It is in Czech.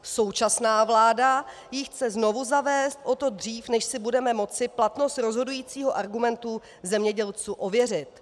Současná vláda ji chce znovu zavést, o to dřív, než si budeme moci platnost rozhodujícího argumentu u zemědělců ověřit.